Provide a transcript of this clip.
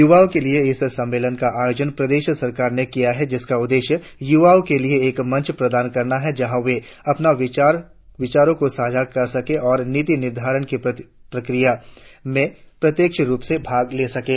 यूवाओं के लिए इस सम्मेलन का आयोजन प्रदेश सरकार ने किया है जिसका उद्देश्य युवाओं के लिए एक मंच प्रदान करना है जहा वे अपने विचारों को साझा कर सकें और नीति निर्धारण की प्रक्रिया में प्रत्यक्ष रुप से भाग ले सकें